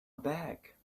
back